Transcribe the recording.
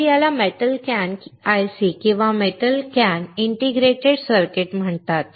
तर याला metal can IC किंवा मेटल कॅन इंटिग्रेटेड सर्किट म्हणतात